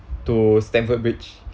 to stamford bridge